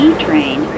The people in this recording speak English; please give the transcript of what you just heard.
E-Train